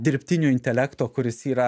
dirbtinio intelekto kuris yra